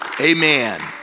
amen